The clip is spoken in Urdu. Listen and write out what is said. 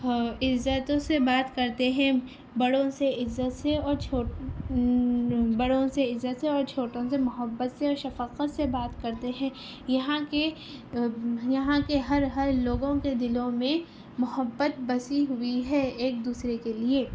عزتوں سے بات کرتے ہیں بڑوں سے عزت سے اور چھوٹ بڑوں سے عزت سے اور چھوٹوں سے محبت سے اور شفقت سے بات کرتے ہیں یہاں کے یہاں کے ہر ہر لوگوں کے دلوں میں محبت بسی ہوئی ہے ایک دوسرے کے لیے